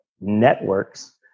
networks